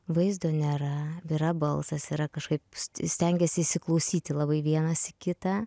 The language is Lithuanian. vaizdo nėra yra balsas yra kažkaip stengiesi įsiklausyti labai vienas į kitą